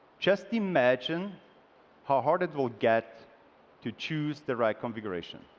just imagine how hard it will get to choose the right configuration.